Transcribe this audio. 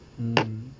mm